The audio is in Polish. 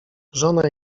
żona